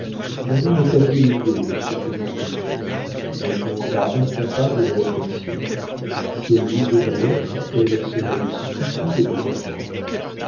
ma mère est à mille lieues de ce que je t'écris elle me croit incapable de réflexion si elle lisait ma lettre elle serait stupide d'étonnement